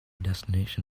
destination